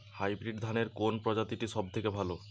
Hybrid ধানের কোন প্রজীতিটি সবথেকে ভালো?